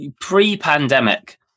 pre-pandemic